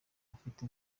ufite